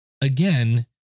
again